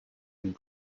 and